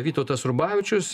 vytautas rubavičius